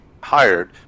hired